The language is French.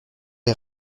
les